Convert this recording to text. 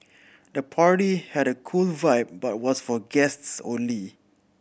the party had a cool vibe but was for guests only